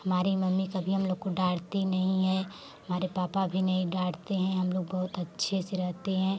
हमारी मम्मी कभी हम लोग को डाँटती नहीं है हमारे पापा भी नहीं डाँटते हैं हम लोग बहुत अच्छे से रहते हैं